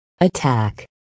Attack